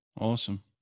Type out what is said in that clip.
Awesome